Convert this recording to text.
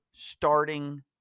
starting